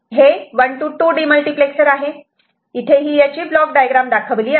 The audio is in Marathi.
हे 1 to 2 डीमल्टिप्लेक्सर आहे इथे ही ब्लॉक डायग्राम आहे